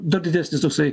dar didesnis toksai